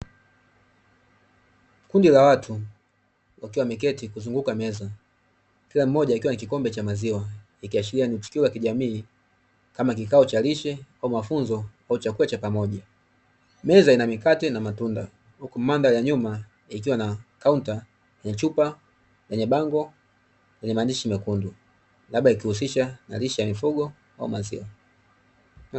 Kundi la watu wakiwa wmeketi kuzunguuka meza kila mmoja akiwa na kikombe cha maziwa, ikishiria ni muitikio wa jamii kama kikao cha lishe ama mafunzo au chakula cha pamoja meza ina mikate na matunda, huku mandhari ya nyuma ikiwa na kaunta na chupa yenye bango lenye maandishi mekundu labda ikihusisha na lishe ya mifugo au maziwa.